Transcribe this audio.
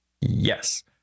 Yes